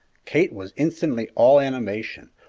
kate was instantly all animation.